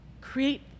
create